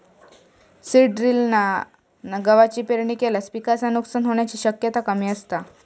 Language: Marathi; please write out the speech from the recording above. सीड ड्रिलना गवाची पेरणी केल्यास पिकाचा नुकसान होण्याची शक्यता कमी असता